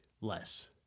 less